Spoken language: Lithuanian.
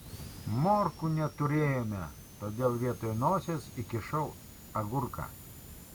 morkų neturėjome todėl vietoj nosies įkišau agurką